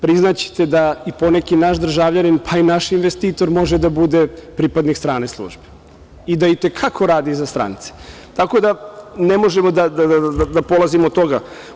Priznaćete da i po neki naš državljanin, pa i naš investitor može da bude pripadnik strane službe i da i te kako radi za strance, tako da ne možemo da polazimo od toga.